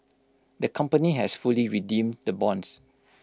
the company has fully redeemed the bonds